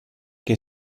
che